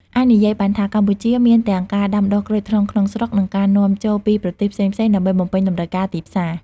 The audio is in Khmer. អាចនិយាយបានថា កម្ពុជាមានទាំងការដាំដុះក្រូចថ្លុងក្នុងស្រុក និងការនាំចូលពីប្រទេសផ្សេងៗដើម្បីបំពេញតម្រូវការទីផ្សារ។